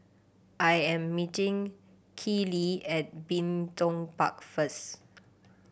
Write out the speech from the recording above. I am meeting Keeley at Bin Tong Park first